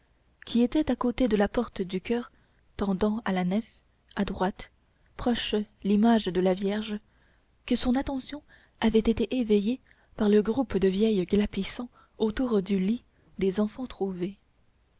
qui était à côté de la porte du choeur tendant à la nef à droite proche l'image de la vierge que son attention avait été éveillée par le groupe de vieilles glapissant autour du lit des